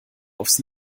aufs